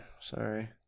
Sorry